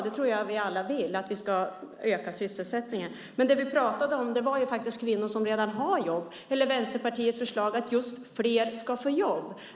Jag tror att vi alla vill att vi ska öka sysselsättningen. Vi pratade faktiskt om kvinnor som redan har jobb eller Vänsterpartiets förslag att just fler ska få jobb.